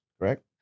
correct